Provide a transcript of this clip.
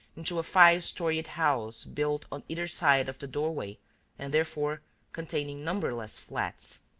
into a five-storeyed house built on either side of the doorway and therefore containing numberless flats.